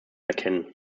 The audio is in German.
erkennen